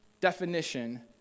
definition